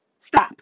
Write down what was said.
Stop